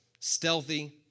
Stealthy